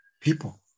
people